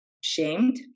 shamed